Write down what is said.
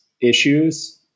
issues